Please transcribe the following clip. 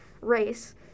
race